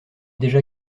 déjà